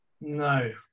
No